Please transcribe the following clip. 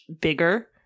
bigger